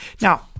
now